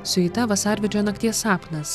siuita vasarvidžio nakties sapnas